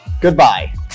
Goodbye